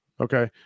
okay